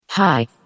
hi